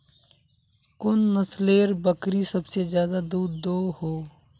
कुन नसलेर बकरी सबसे ज्यादा दूध दो हो?